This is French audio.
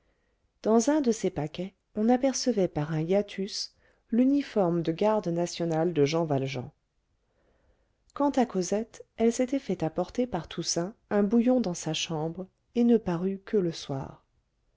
dans un de ces paquets on apercevait par un hiatus l'uniforme de garde national de jean valjean quant à cosette elle s'était fait apporter par toussaint un bouillon dans sa chambre et ne parut que le soir